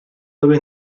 dove